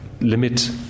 limit